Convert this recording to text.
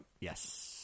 Yes